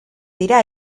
dira